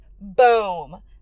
boom